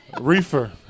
Reefer